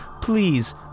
please